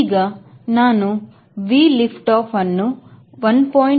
ಈಗ ನಾನು V liftoff ಅನ್ನು 1